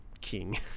king